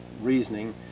reasoning